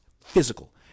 physical